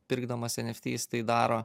pirkdamas eft jis tai daro